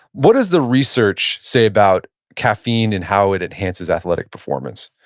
what does the research say about caffeine and how it enhances athletic performance?